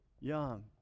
young